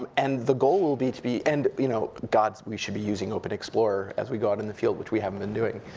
um and the goal will be to be, and you know, gods, we should be using open explorer as we go out in the field, which we haven't been doing.